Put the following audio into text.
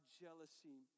jealousy